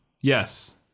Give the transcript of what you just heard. Yes